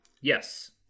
Yes